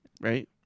right